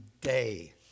day